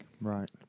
Right